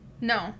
No